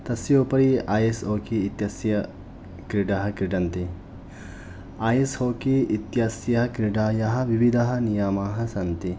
तस्य उपरि ice hockey इत्यस्य क्रीडाः क्रीडन्ति ऐस् हाकि इत्यस्य क्रीडायाः विविधाः नियमाः सन्ति